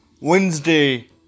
Wednesday